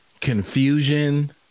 confusion